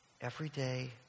everyday